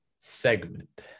segment